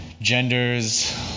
genders